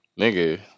nigga